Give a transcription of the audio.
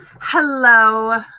Hello